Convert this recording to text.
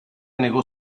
negó